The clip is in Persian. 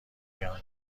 میان